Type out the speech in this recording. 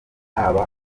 haba